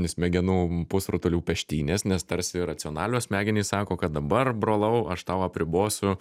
smegenų pusrutulių peštynės nes tarsi racionalios smegenys sako kad dabar brolau aš tau apribosiu